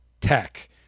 tech